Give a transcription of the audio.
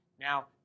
Now